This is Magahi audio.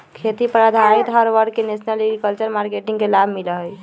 खेती पर आधारित हर वर्ग के नेशनल एग्रीकल्चर मार्किट के लाभ मिला हई